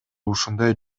ушундай